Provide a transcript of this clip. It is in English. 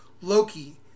Loki